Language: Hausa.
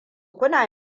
kuna